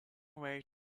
way